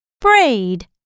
Braid